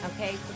Okay